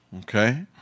Okay